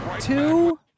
Two